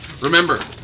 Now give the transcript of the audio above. Remember